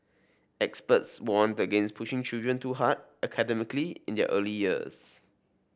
experts warned against pushing children too hard academically in their early years